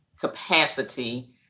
capacity